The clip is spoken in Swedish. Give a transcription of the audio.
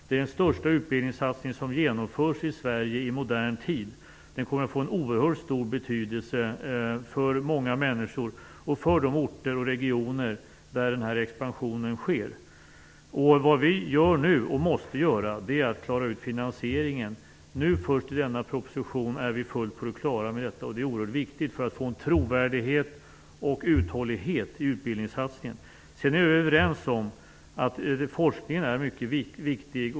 Det är den största utbildningssatsningen i Sverige i modern tid och den kommer att få oerhört stor betydelse för många människor samt för de orter och regioner där den här expansionen sker. Vad vi nu gör, och detta måste göras, är att vi klarar ut finansieringen. Först i denna proposition är vi fullt på det klara med detta. Det är oerhört viktigt för att få en trovärdighet och även en uthållighet i utbildningssatsningen. Vi är överens om att forskningen är mycket viktig.